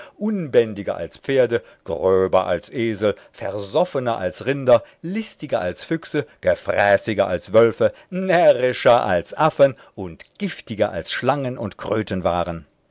unbändiger als pferde gröber als esel versoffener als rinder listiger als füchse gefräßiger als wölfe närrischer als affen und giftiger als schlangen und krotten waren